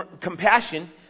compassion